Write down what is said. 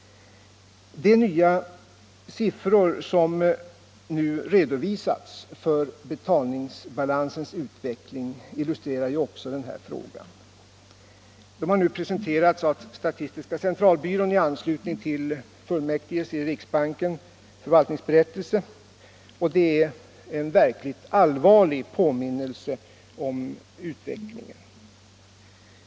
De nya siffror som nu redovisats beträffande betalningsbalansens utveckling ger frågan särskild aktualitet. De har presenterats av statistiska centralbyrån i anslutning till fullmäktiges i riksbanken förvaltningsberättelse, och de är en verkligt allvarlig påminnelse om utvecklingen.